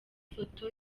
ifoto